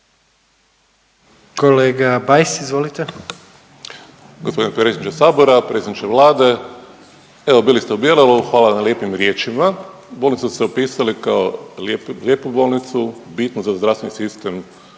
Kolega Bajs izvolite.